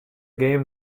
game